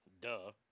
duh